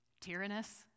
Tyrannus